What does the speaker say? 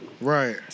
Right